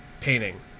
painting